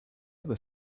other